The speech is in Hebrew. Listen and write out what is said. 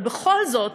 ובכל זאת